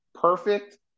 perfect